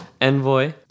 Envoy